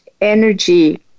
energy